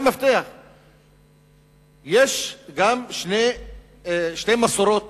בישראל יש שתי מסורות.